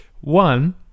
One